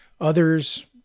others